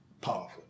powerful